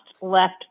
left